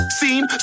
Scene